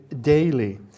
daily